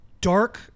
dark